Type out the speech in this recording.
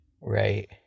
Right